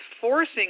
forcing